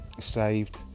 saved